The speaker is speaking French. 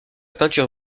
peinture